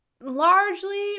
largely